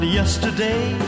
yesterday